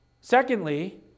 Secondly